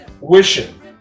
Wishing